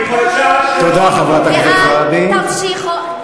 בגלל הטרוריסטים.